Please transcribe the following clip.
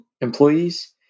employees